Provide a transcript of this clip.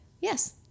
Yes